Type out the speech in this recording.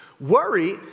Worry